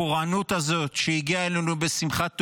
הפורענות הזאת, שהגיעה אלינו בשמחת תורה,